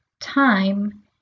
time